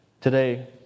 Today